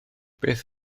beth